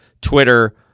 Twitter